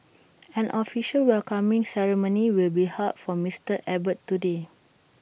an official welcoming ceremony will be held for Mister Abbott today